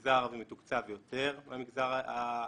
שהמגזר הזה מתוקצב יותר מהמגזר הערבי.